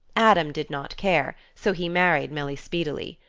adam did not care, so he married milly speedily.